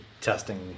testing